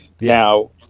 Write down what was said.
Now